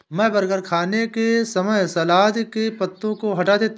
मैं बर्गर खाने के समय सलाद के पत्तों को हटा देता हूं